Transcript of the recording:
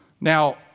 Now